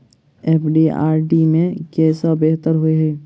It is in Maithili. एफ.डी आ आर.डी मे केँ सा बेहतर होइ है?